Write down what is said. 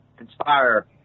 inspire